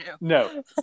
no